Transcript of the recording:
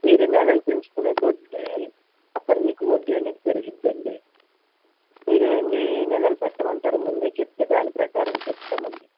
మీరు నెలలు పెంచుకునే కొద్ది అక్కడ మీకు వడ్డి అనేది పెరుగుతుంది అండి మీరు ఎన్ని నెలలు పెట్టమంటారో ముందే చెప్తే దాని ప్రకారం చెప్తామండి